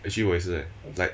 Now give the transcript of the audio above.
actually 我也是 eh like